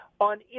on